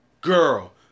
girl